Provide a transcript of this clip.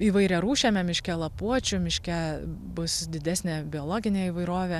įvairiarūšiame miške lapuočių miške bus didesnė biologinė įvairovė